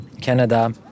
Canada